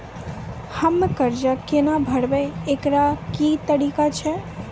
हम्मय कर्जा केना भरबै, एकरऽ की तरीका छै?